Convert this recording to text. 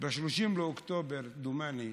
ב-30 באוקטובר, דומני,